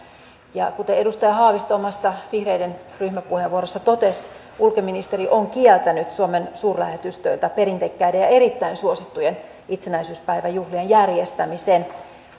ja kuten edustaja haavisto vihreiden ryhmäpuheenvuorossa totesi ulkoministeri on kieltänyt suomen suurlähetystöiltä perinteikkäiden ja erittäin suosittujen itsenäisyyspäiväjuhlien järjestämisen